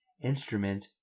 instrument